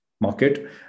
market